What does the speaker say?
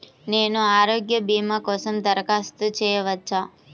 నేను ఆరోగ్య భీమా కోసం దరఖాస్తు చేయవచ్చా?